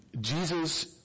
Jesus